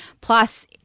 Plus